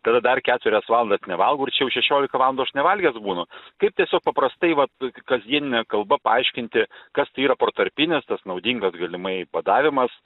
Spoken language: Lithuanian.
tada dar keturias valandas nevalgau ir čia jau šešiolika valandų aš nevalgęs būnu kaip tiesiog paprastai vat kasdienine kalba paaiškinti kas tai yra protarpinis tas naudingas galimai badavimas